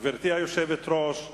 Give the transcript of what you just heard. גברתי היושבת-ראש,